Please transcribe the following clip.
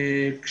בכלל,